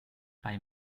bei